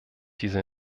dieser